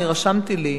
רשמתי לי: